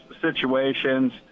situations